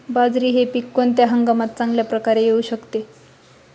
बाजरी हे पीक कोणत्या हंगामात चांगल्या प्रकारे येऊ शकते?